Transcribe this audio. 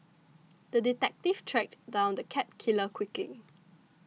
the detective tracked down the cat killer quickly